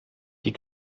die